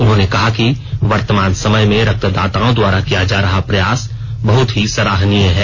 उन्होंने कहा कि वर्तमान समय में रक्तदाताओं द्वारा किया जा रहा प्रयास बहत ही सराहनीय है